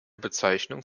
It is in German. bezeichnung